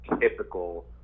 typical